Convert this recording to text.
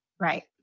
Right